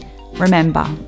Remember